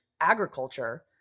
agriculture